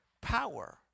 power